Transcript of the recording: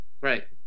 Right